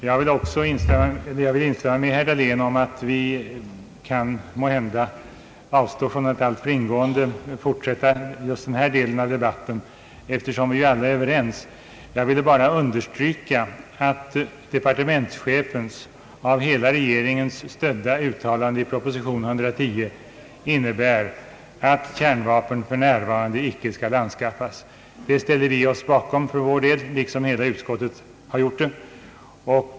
Herr talman! Jag vill instämma med herr Dahlén i att vi måhända kan avstå från att alltför ingående fortsätta just denna del av debatten, eftersom vi ju alla är överens. Jag ville bara understryka att departementschefens av hela regeringen stödda uttalande i proposition 110 innebär, att kärnvapen för närvarande icke skall anskaffas. Detta ställer vi oss alltså bakom för vår del, liksom hela utskottet har gjort.